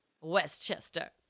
Westchester